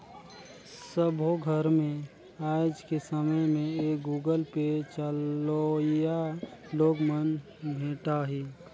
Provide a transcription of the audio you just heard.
सबो घर मे आएज के समय में ये गुगल पे चलोइया लोग मन भेंटाहि